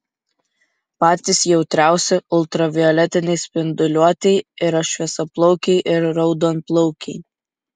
patys jautriausi ultravioletinei spinduliuotei yra šviesiaplaukiai ir raudonplaukiai